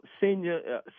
Senior